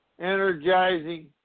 energizing